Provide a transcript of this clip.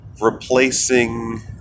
replacing